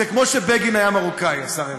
זה כמו שבגין היה מרוקאי, השר ארדן,